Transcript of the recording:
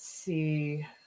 see